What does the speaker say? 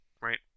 right